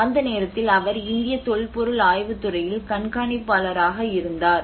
அந்த நேரத்தில் அவர் இந்திய தொல்பொருள் ஆய்வுத் துறையில் கண்காணிப்பாளராக இருந்தார்